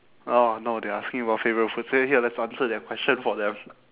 oh no they are asking for our favourite food so here let's answer that question for them